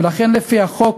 ולכן, לפי חוק